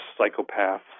psychopaths